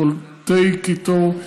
קולטי קיטור,